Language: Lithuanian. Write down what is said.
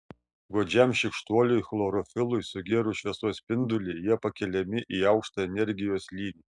godžiam šykštuoliui chlorofilui sugėrus šviesos spindulį jie pakeliami į aukštą energijos lygį